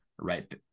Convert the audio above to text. right